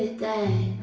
death,